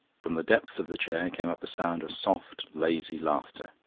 from the depths of the chair came up a sound of soft, lazy laughter.